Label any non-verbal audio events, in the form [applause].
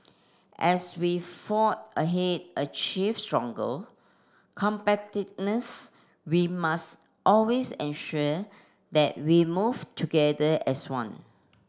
as we fore ahead achieve [unintelligible] competitiveness we must always ensure that we move together as one